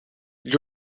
gli